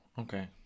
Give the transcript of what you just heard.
Okay